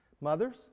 mothers